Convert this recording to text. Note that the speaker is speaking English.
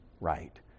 Right